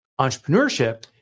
Entrepreneurship